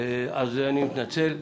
אני מתנצל.